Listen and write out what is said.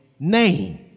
name